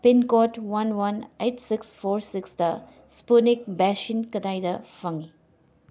pin code one one eight six four ꯁꯤꯛꯁꯗ Sputnik vaccine ꯀꯗꯥꯏꯗ ꯐꯪꯉꯤ